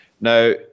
Now